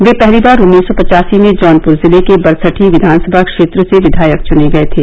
वह पहली बार उन्नीस सौ पच्चासी में जौनपुर जिले के बरसठी विघानसभा क्षेत्र से विधायक चुने गए थे